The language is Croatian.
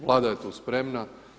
Vlada je tu spremna.